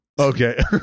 Okay